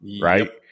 right